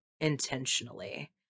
intentionally